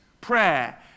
prayer